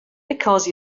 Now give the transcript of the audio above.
because